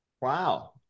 Wow